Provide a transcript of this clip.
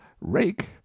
rake